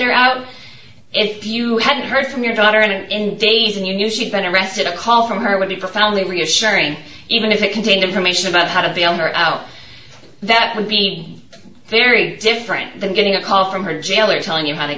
hear out if you hadn't heard from your daughter in days and you knew she been arrested a call from her would be profoundly reassuring even if they contained information about how did the owner al that would be very different than getting a call from her jail or telling you how to